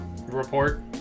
report